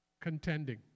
contending